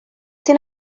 sydd